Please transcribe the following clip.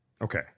Okay